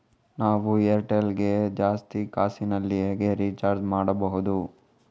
ನಾವು ಏರ್ಟೆಲ್ ಗೆ ಜಾಸ್ತಿ ಕಾಸಿನಲಿ ಹೇಗೆ ರಿಚಾರ್ಜ್ ಮಾಡ್ಬಾಹುದು?